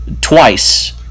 twice